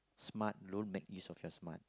smart don't make use of your smart